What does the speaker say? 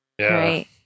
Right